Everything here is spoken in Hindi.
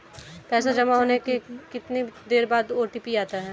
पैसा जमा होने के कितनी देर बाद ओ.टी.पी आता है?